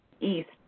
east